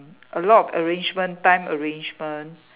a lot of arrangement time arrangement